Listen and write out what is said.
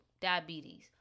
Diabetes